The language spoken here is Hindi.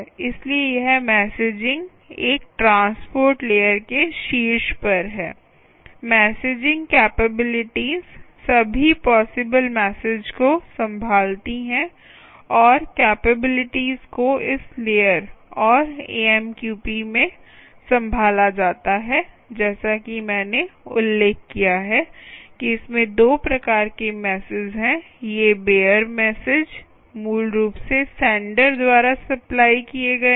इसलिए यह मैसेजिंग एक ट्रांसपोर्ट लेयर के शीर्ष पर है मैसेजिंग कैपेबिलिटीज सभी पॉसिबल मैसेज को संभालती हैं और कैपेबिलिटीज को इस लेयर और AMQP में संभाला जाता है जैसा कि मैंने उल्लेख किया है कि इसमें 2 प्रकार के मैसेज हैं ये बेअर मैसेज मूल रूप से सेन्डर द्वारा सप्लाई किये गए हैं